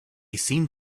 seemed